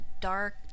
dark